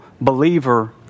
believer